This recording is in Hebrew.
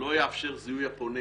שלא יאפשר זיהוי הפונה.